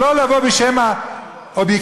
ולא לבוא בשם האובייקטיביות.